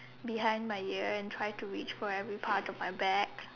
behind my ear and try to reach for every part of my back